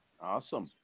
Awesome